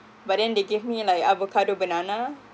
but then they gave me like avocado banana